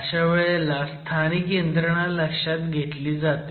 अशा वेळेला स्थानिक यंत्रणा लक्षात घेतली जाते